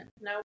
No